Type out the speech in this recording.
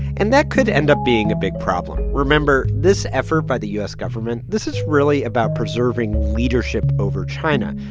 and that could end up being a big problem. remember, this effort by the u s. government, this is really about preserving leadership over china.